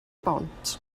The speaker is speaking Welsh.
bont